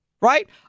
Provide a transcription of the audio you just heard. right